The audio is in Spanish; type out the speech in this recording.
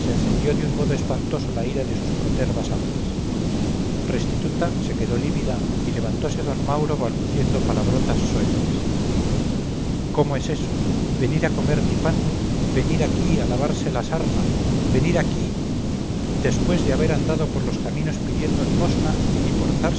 encendió de un modo espantoso la ira de sus protervas almas restituta se quedó lívida y levantose d mauro balbuciendo palabrotas soeces cómo es eso venir a comer mi pan venir aquí a lavarse la sarna venir aquí después de haber andado por los caminos pidiendo limosna y